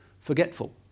forgetful